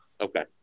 Okay